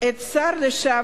את השר לשעבר,